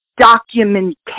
documentation